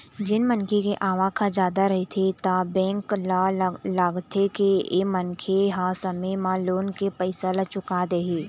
जेन मनखे के आवक ह जादा रहिथे त बेंक ल लागथे के ए मनखे ह समे म लोन के पइसा ल चुका देही